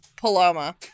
Paloma